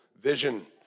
vision